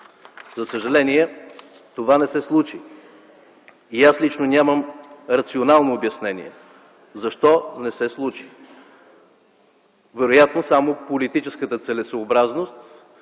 за съжаление не се случиха. И аз лично нямам рационално обяснение защо това не се случи. Вероятно само политическата целесъобразност,